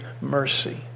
mercy